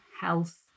health